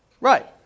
right